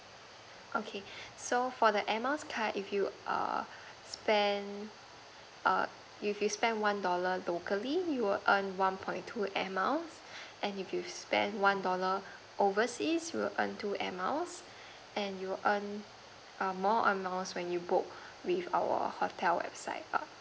okay so for the air miles card if you err spend err if you spent one dollar locally you'll earn one point two air miles and if you spent one dollar overseas you will earn two air miles and you'll earn err more air miles when you book with our hotel website err